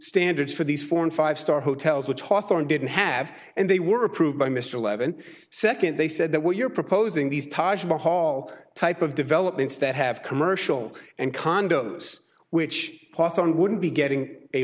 standards for these four and five star hotels which hawthorne didn't have and they were approved by mr levin second they said that what you're proposing these taj mahal type of developments that have commercial and condos which hawthorne wouldn't be getting a